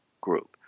group